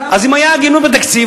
אז אם היתה הגינות בתקציב,